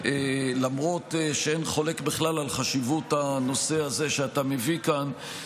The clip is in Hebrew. למרות שאין חולק בכלל על חשיבות הנושא הזה שאתה מביא כאן,